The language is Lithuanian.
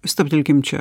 stabtelkim čia